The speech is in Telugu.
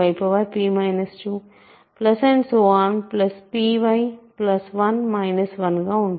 py1 1గా ఉంటుంది